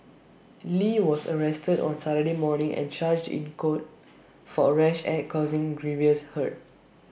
lee was arrested on Saturday morning and charged in court for A rash act causing grievous hurt